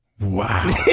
Wow